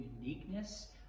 uniqueness